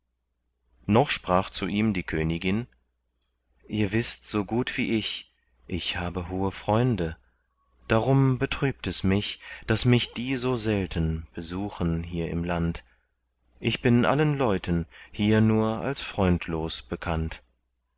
noch sprach zu ihm die königin ihr wißt so gut wie ich ich habe hohe freunde darum betrübt es mich daß mich die so selten besuchen hier im land ich bin allen leuten hier nur als freundlos bekannt